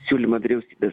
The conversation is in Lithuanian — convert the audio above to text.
siūlymą vyriausybės